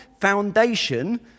foundation